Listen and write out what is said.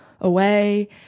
away